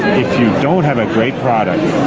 if you don't have a great product,